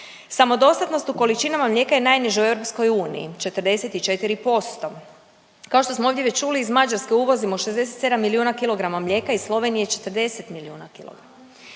Samodostatnost u količinama mlijeka je najniža u EU 44%. Kao što smo ovdje već čuli iz Mađarske uvozimo 67 milijuna kilograma mlijeka, iz Slovenije 40 milijuna kilograma.